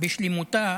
בשלמותה